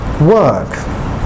work